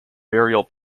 burial